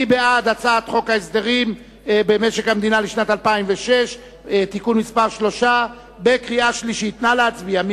מי בעד הצעת חוק הסדרים במשק המדינה (תיקוני חקיקה להשגת יעדי התקציב